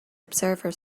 observer